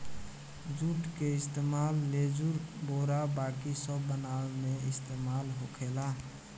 जुट के इस्तेमाल लेजुर, बोरा बाकी सब बनावे मे इस्तेमाल होखेला